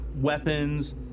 weapons